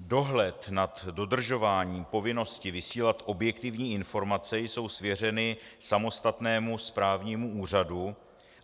Dohled nad dodržováním povinnosti vysílat objektivní informace je svěřen samostatnému správnímu úřadu,